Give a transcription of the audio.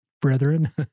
Brethren